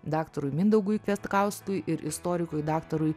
daktarui mindaugui kvietkauskui ir istorikui daktarui